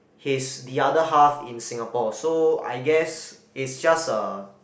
his the other half in Singapore so I guess it's just a